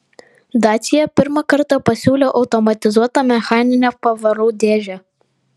dacia pirmą kartą pasiūlė automatizuotą mechaninę pavarų dėžę